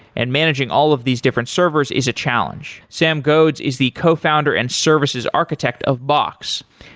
and managing all of these different servers is a challenge. sam ghods is the cofounder and services architect of box.